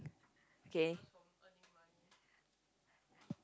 K